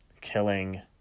killing